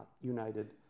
united